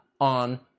on